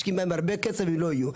משקיעים בהם הרבה כסף הם אל יהיו,